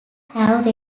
have